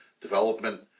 development